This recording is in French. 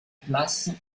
place